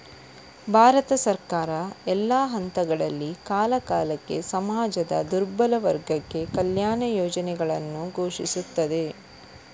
ಭಾರತ ಸರ್ಕಾರ, ಎಲ್ಲಾ ಹಂತಗಳಲ್ಲಿ, ಕಾಲಕಾಲಕ್ಕೆ ಸಮಾಜದ ದುರ್ಬಲ ವರ್ಗಕ್ಕೆ ಕಲ್ಯಾಣ ಯೋಜನೆಗಳನ್ನು ಘೋಷಿಸುತ್ತದೆ